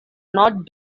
not